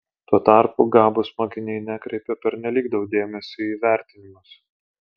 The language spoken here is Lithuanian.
tuo tarpu gabūs mokiniai nekreipia pernelyg daug dėmesio į įvertinimus